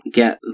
get